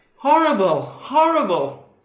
horrible, horrible.